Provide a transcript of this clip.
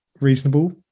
reasonable